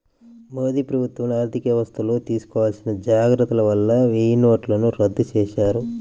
మోదీ ప్రభుత్వంలో ఆర్ధికవ్యవస్థల్లో తీసుకోవాల్సిన జాగర్తల వల్ల వెయ్యినోట్లను రద్దు చేశారు